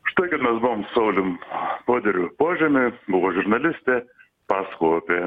už tai kad mes buvom su saulium poderiu požemy buvo žurnalistė pasakojau apie